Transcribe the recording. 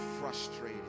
frustrated